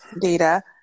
data